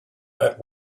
that